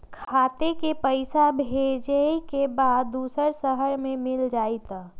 खाता के पईसा भेजेए के बा दुसर शहर में मिल जाए त?